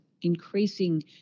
increasing